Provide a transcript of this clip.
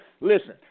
Listen